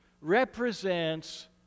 represents